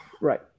Right